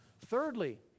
Thirdly